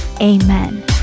amen